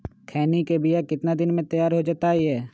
खैनी के बिया कितना दिन मे तैयार हो जताइए?